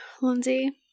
Lindsay